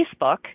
Facebook